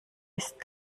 ist